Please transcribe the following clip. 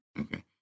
okay